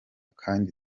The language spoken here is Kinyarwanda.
kandi